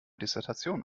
dissertation